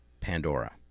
Pandora